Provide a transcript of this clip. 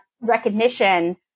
recognition